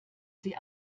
sie